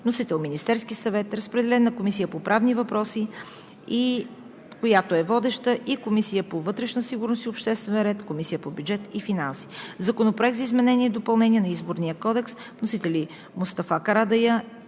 Вносител е Министерският съвет. Разпределен е на Комисията по правни въпроси, която е водеща, Комисията по вътрешна сигурност и обществен ред и Комисията по бюджет и финанси. Законопроект за изменение и допълнение на Изборния кодекс. Вносители са Мустафа Карадайъ